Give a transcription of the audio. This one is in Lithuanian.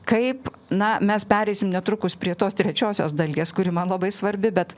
kaip na mes pereisim netrukus prie tos trečiosios dalies kuri man labai svarbi bet